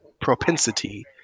propensity